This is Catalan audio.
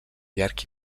llarg